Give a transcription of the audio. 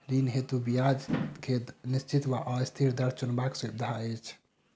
ऋण हेतु ब्याज केँ निश्चित वा अस्थिर दर चुनबाक सुविधा अछि